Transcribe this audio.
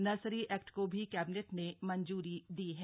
nursery act को भी cabinet ने मंजूरी दी है